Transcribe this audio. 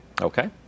Okay